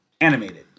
animated